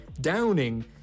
downing